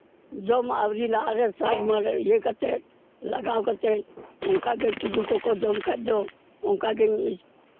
ᱡᱚᱢᱟᱜ ᱟᱹᱣᱨᱤ ᱞᱟᱦᱟᱨᱮ ᱥᱟᱨ ᱢᱟᱨᱮ ᱤᱭᱟᱹ ᱠᱟᱛᱮᱜ ᱞᱟᱜᱟᱣ ᱠᱟᱛᱮᱜ ᱚᱱᱠᱟᱜᱮ ᱛᱤᱡᱩ ᱠᱚᱠᱚ ᱡᱚᱢᱠᱷᱟᱡ ᱫᱚ ᱚᱱᱠᱟᱜᱤᱧ